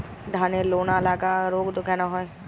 ধানের লোনা লাগা রোগ কেন হয়?